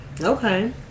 Okay